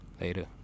Later